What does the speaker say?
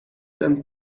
ten